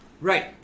Right